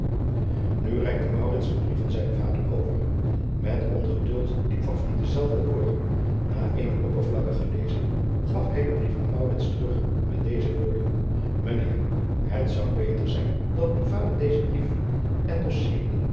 reikte den brief van zijnen vader over et ongeduld liep denzelven door a eene oppervlakkige lezing gaf hij den brief aan terug met deze woorden ijn eer et zou beter zijn dat uw vader dezen brief endosseerde